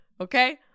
okay